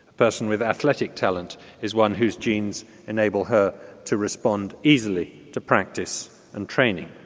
person with athletic talent is one whose genes enable her to respond easily to practice and training.